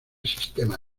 sistema